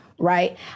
Right